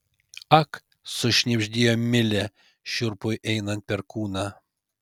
ak sušnibždėjo milė šiurpui einant per kūną